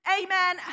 amen